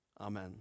Amen